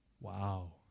Wow